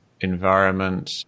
environment